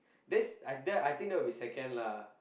this I that I think that will be second lah